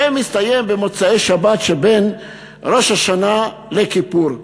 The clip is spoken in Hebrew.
ומסתיים במוצאי-שבת שבין ראש השנה ליום כיפור.